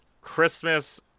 Christmas